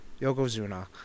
Yokozuna